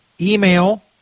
email